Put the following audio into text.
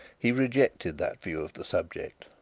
he rejected that view of the subject.